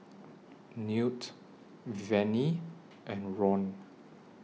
Newt Vennie and Ron